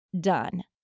done